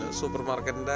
supermarket